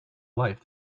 life